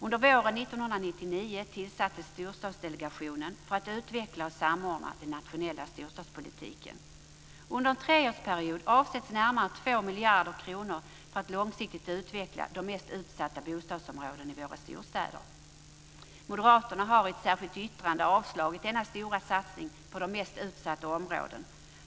Under våren 1999 tillsattes Storstadsdelegationen för att utveckla och samordna den nationella storstadspolitiken. Under en treårsperiod avsätts närmare 2 miljarder kronor för att långsiktigt utveckla de mest utsatta bostadsområdena i våra storstäder. Moderaterna har i ett särskilt yttrande avslagit denna stora satsning på de mest utsatta områdena.